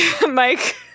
Mike